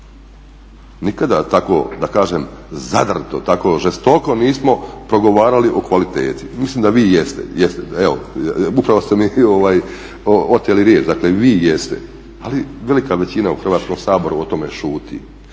tako da kažem zadrto, tako žestoko nismo progovarali o kvaliteti. Mislim da vi jeste, evo upravo ste mi oteli riječ, vi jest, ali velika većina u Hrvatskom saboru o tome šuti.